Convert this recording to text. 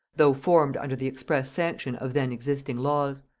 though formed under the express sanction of then existing laws.